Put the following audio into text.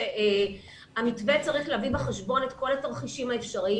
המתווה צריך להביא בחשבון את כל התרחישים האפשריים.